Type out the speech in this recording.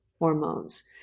hormones